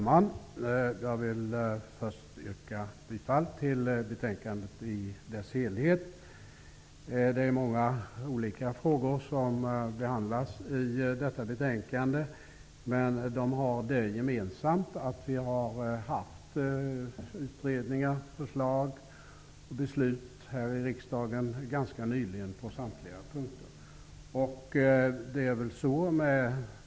Herr talman! Först yrkar jag bifall till utskottets hemställan i dess helhet. Många olika frågor behandlas i detta betänkande, men de har det gemensamt att det ganska nyligen har förekommit utredningar, förslag och beslut här i riksdagen på samtliga punkter.